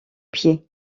pied